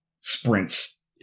sprints